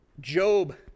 Job